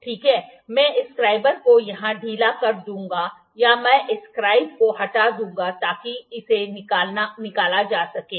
ठीक है मैं इस स्क्राइब को यहाँ ढीला कर दूँगा या मैं इस स्क्राइब को हटा दूँगा ताकि इसे निकाला जा सके